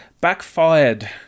backfired